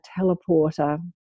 teleporter